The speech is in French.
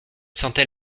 sentait